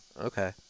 okay